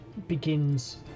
begins